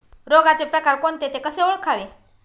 रोगाचे प्रकार कोणते? ते कसे ओळखावे?